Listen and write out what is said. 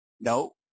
No